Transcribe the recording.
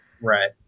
Right